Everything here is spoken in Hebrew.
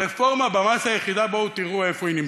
הרפורמה היחידה במס, בואו תראו איפה היא נמצאת.